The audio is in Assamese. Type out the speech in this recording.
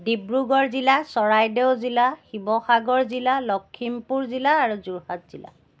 ডিব্ৰুগড় জিলা চৰাইদেউ জিলা শিৱসাগৰ জিলা লখিমপুৰ জিলা আৰু যোৰহাট জিলা